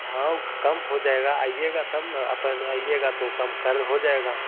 हाँ ऊ कम हो जाएगा आइएगा तब ना आप पहले आइएगा तो ओ कम कल हो जाएगा